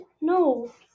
No